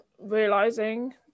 realizing